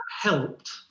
helped